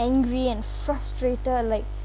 angry and frustrated like